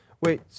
Wait